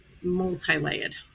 multi-layered